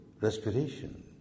respiration